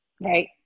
Right